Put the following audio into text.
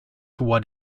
what